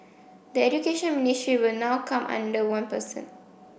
the Education Ministry will now come under one person